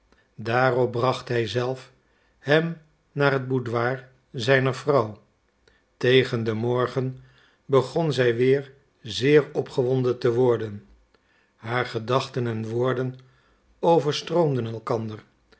daarop bracht hij zelf hem naar het boudoir zijner vrouw tegen den morgen begon zij weer zeer opgewonden te worden haar gedachten en woorden overstroomden elkander